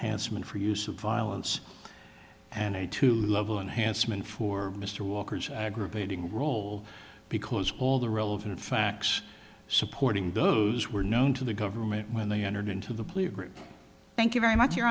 has meant for use of violence and a two level enhanced meant for mr walker's aggravating role because all the relevant facts supporting this were known to the government when they entered into the plea agreement thank you very much you